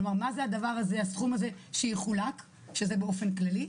כלומר, מה זה הסכום הזה שיחולק, שזה באופן כללי.